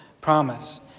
promise